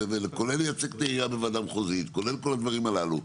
כולל לייצג את העירייה בוועדה המחוזית וכל הדברים הללו.